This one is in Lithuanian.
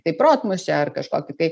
tai protmūšį ar kažkokį tai